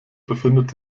befindet